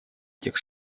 этих